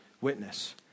witness